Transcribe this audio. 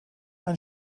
ein